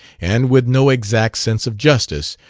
and with no exact sense of justice,